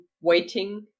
waiting